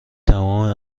تمام